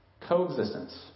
Coexistence